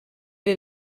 wir